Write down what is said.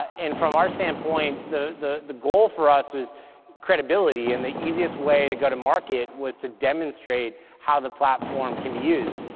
and from our standpoint, the the goal for us was credibility and the easiest way to go to market was to demonstrate how the platform can be used.